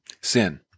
sin